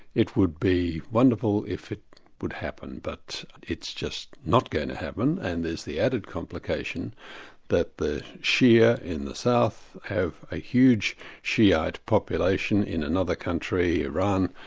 it would be wonderful if it would happen, but it's just not going to happen and there's the added complication that the shia in the south, have a huge shi'ite population in another country, iran,